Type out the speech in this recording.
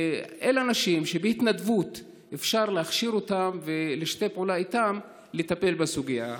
אלה אנשים שבהתנדבות אפשר להכשיר אותם ולשתף פעולה איתם בטיפול בסוגיה.